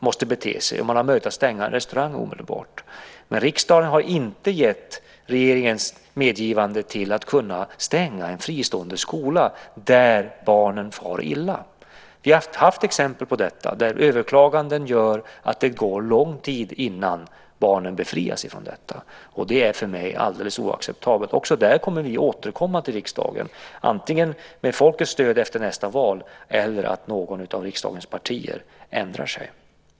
Man har då möjlighet att stänga en restaurang omedelbart. Men riksdagen har inte gett regeringen medgivande att man ska kunna stänga en fristående skola där barnen far illa. Vi har haft exempel på överklaganden som gör att det går lång tid innan barnen befrias från detta, och det är för mig alldeles oacceptabelt. Också om detta kommer vi att återkomma till riksdagen, antingen med folkets stöd efter nästa val eller om något av riksdagens partier ändrar sig.